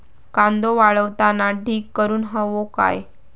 कांदो वाळवताना ढीग करून हवो काय?